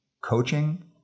coaching